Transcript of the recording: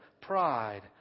pride